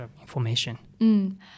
information